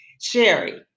Sherry